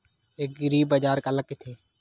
एग्रीबाजार काला कइथे?